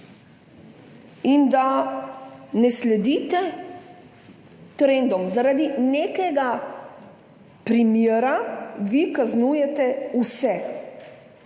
in da ne sledite trendom. Zaradi nekega primera vi kaznujete vse